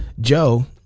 joe